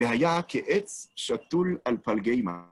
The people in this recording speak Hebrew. והייה כעץ שתול על פלגי מים.